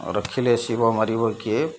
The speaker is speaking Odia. ରଖିଲେ ଶିବ ମାରିବ କିଏ